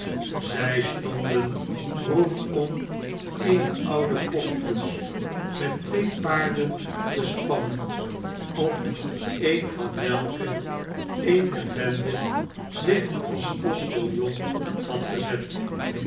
zij stonden rondom eene oude postkoets met twee paarden beeene wegvoering spannen op een van welke een der bende zich als postiljon had gezet